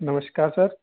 नमस्कार सर